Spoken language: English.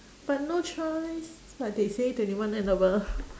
but no choice but they say twenty one and above